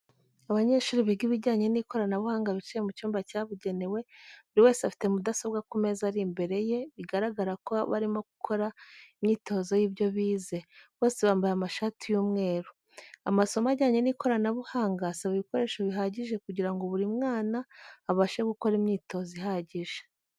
Abanyeshuri biga ibijyanye n'ikoranabuhanga bicaye mu cyumba cyabugenewe buri wese afite mudasobwa ku meza ari imbere ye bigaragara ko barimo gukora imyitozo y'ibyo bize, bose bambaye amashati y'umweru. Amasomo ajyanye n'ikoranabuhanga asaba ibikoreso bihagije kugirango buri mwana abashe gukora imyitozo ihagije.